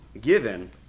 given